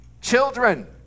children